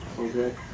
Okay